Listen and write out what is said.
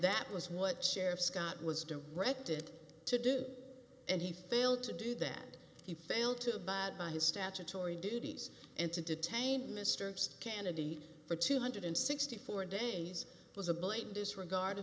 that was what sheriff scott was directed to do and he failed to do that you failed to abide by his statutory duties and to detain mr kennedy for two hundred and sixty four days was a blatant disregard